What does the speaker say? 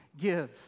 give